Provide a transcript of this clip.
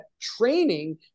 training